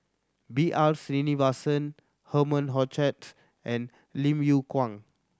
B R Sreenivasan Herman Hochstadt and Lim Yew Kuan